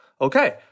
Okay